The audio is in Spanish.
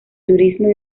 turismo